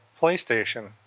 PlayStation